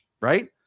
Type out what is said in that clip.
right